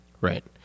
Right